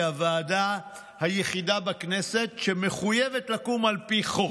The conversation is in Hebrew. היא הוועדה היחידה בכנסת שמחויבת לקום על פי חוק.